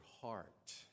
heart